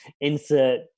insert